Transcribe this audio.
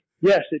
yes